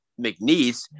McNeese